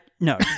No